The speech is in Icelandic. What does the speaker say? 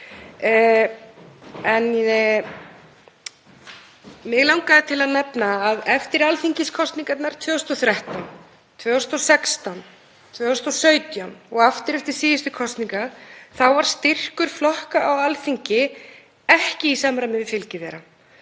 Mig langaði að nefna að eftir alþingiskosningarnar 2013, 2016, 2017, og aftur eftir síðustu kosningar, var styrkur flokka á Alþingi ekki í samræmi við fylgi